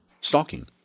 stalking